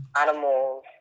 Animals